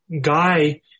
Guy